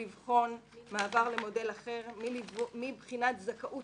לבחון מעבר למודל אחר מבחינת זכאות